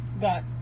got